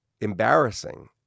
embarrassing